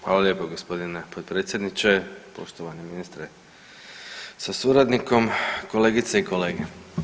Hvala lijepo g. potpredsjedniče, poštovani ministre sa suradnikom, kolegice i kolege.